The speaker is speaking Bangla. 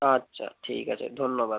আচ্ছা ঠিক আছে ধন্যবাদ